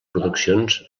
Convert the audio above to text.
produccions